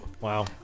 Wow